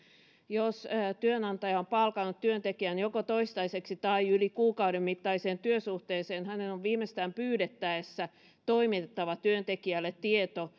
jos työnantaja on palkannut työntekijän joko toistaiseksi tai yli kuukauden mittaiseen työsuhteeseen hänen on viimeistään pyydettäessä toimitettava työntekijälle tieto